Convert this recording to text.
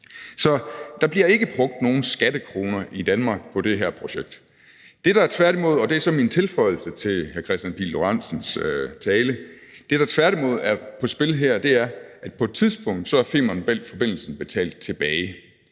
Så der bliver ikke brugt nogen skattekroner i Danmark på det her projekt. Det, der tværtimod er på spil her – og det er så min tilføjelse til hr. Kristian Pihl Lorentzens tale – er, at på et tidspunkt er Femern Bælt-forbindelsen betalt tilbage.